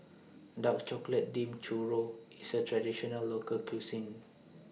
Dark Chocolate Dipped Churro IS A Traditional Local Cuisine